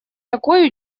такой